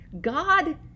god